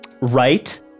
Right